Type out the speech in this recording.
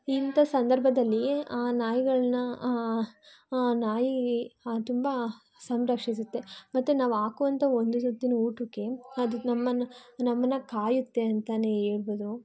ಇಂಥ ಸಂದರ್ಭದಲ್ಲಿಯೇ ಆ ನಾಯಿಗಳನ್ನ ನಾಯಿ ತುಂಬ ಸಂಘರ್ಷಿಸುತ್ತೆ ಮತ್ತೆ ನಾವು ಹಾಕುವಂಥ ಒಂದು ತುತ್ತಿನ ಊಟಕ್ಕೆ ಅದು ನಮ್ನನ್ನು ನಮ್ಮನ್ನು ಕಾಯುತ್ತೆ ಅಂತಲೇ ಹೇಳಬಹುದು